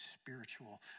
spiritual